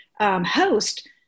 host